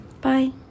Bye